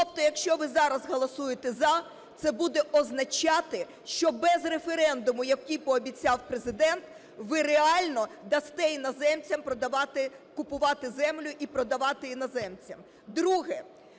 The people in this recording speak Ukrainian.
Тобто якщо ви зараз голосуєте за, це буде означати, що без референдуму, який пообіцяв Президент, ви реально дасте іноземцям продавати... купувати землю і продавати іноземцям.